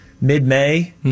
mid-May